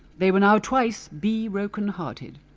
they were now twice bee-roken-hearted.